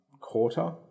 quarter